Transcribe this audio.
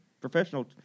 professional